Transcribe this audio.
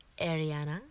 ariana